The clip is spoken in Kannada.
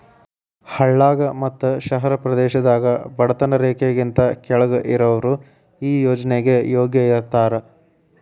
ಹಳ್ಳಾಗ ಮತ್ತ ಶಹರ ಪ್ರದೇಶದಾಗ ಬಡತನ ರೇಖೆಗಿಂತ ಕೆಳ್ಗ್ ಇರಾವ್ರು ಈ ಯೋಜ್ನೆಗೆ ಯೋಗ್ಯ ಇರ್ತಾರ